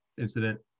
incident